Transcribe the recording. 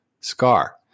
Scar